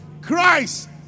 Christ